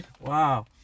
Wow